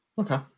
Okay